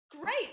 great